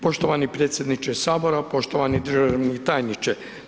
Poštovani predsjedniče Sabora, poštovani državni tajniče.